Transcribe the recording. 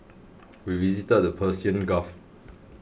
we visited the Persian Gulf